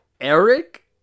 Eric